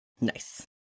Nice